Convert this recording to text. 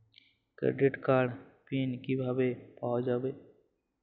Credit কার্ডের pin কিভাবে পাওয়া যাবে?